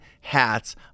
hats